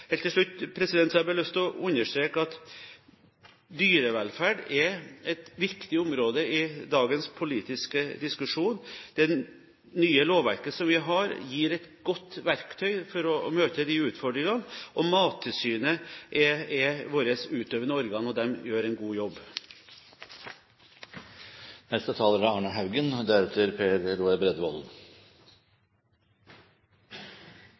Helt til slutt har jeg lyst til å understreke at dyrevelferd er et viktig område i dagens politiske diskusjon. Det nye lovverket vi har, gir et godt verktøy til å møte de utfordringene. Mattilsynet er vårt utøvende organ, og de gjør en god jobb.